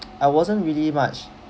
I wasn't really much